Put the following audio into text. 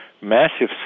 massive